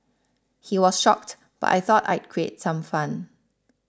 he was shocked but I thought I'd create some fun